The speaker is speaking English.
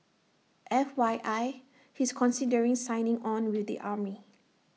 F Y I he's considering signing on with the army